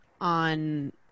on